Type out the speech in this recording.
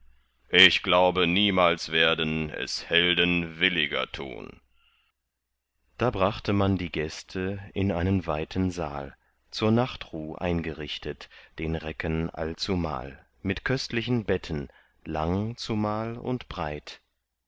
ich glaube niemals werden es helden williger tun da brachte man die gäste in einen weiten saal zur nachtruh eingerichtet den recken allzumal mit köstlichen betten lang zumal und breit